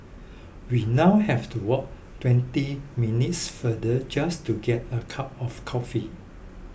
we now have to walk twenty minutes further just to get a cup of coffee